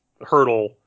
hurdle